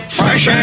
fresh